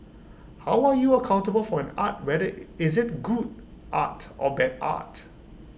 how are you accountable for an art whether is IT good art or bad art